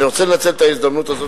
אני רוצה לנצל את ההזדמנות הזאת,